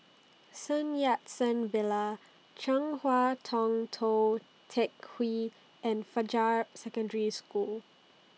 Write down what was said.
Sun Yat Sen Villa Chong Hua Tong Tou Teck Hwee and Fajar Secondary School